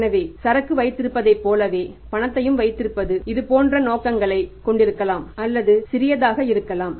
எனவே சரக்கு வைத்திருப்பதைப் போலவே பணத்தையும் வைத்திருப்பது இதேபோன்ற நோக்கங்களைக் கொண்டிருக்கலாம் அல்லது சிறியதாக இருக்கலாம்